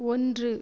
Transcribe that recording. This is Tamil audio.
ஒன்று